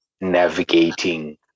navigating